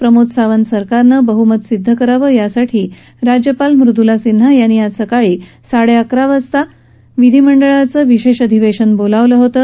प्रमोद सावंत सरकारनं बहुमत सिद्ध करावं यासाठी राज्यपाल मृदुला सिन्हा यांनी आज सकाळी साडेअकरा वाजता विधिमंडळाचं विशेष अधिवेशन बोलावलं होतं